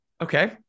Okay